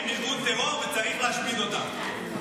הם ארגון טרור, וצריך להשמיד אותם.